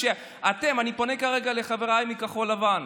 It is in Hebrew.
כשאתם, אני פונה כרגע לחבריי מכחול לבן,